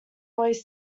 always